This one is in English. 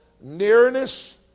nearness